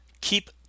keep